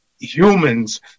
humans